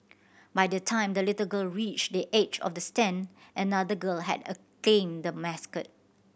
by the time the little girl reached the edge of the stand another girl had claimed the mascot